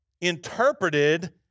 interpreted